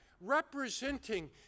representing